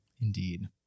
Indeed